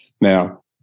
Now